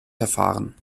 verfahren